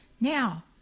now